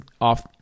off